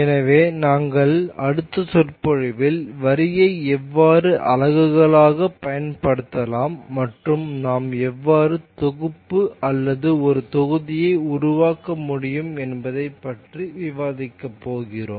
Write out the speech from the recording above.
எனவே எங்கள் அடுத்த சொற்பொழிவில் வரியை எவ்வாறு அலகுகளாகப் பயன்படுத்தலாம் மற்றும் நாம் எவ்வாறு தொகுப்பு அல்லது ஒரு தொகுதியை உருவாக்க முடியும் என்பதைப் பற்றி விவாதிக்கப் போகிறோம்